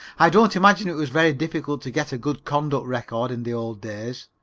i don't imagine it was very difficult to get a good conduct record in the old days,